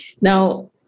Now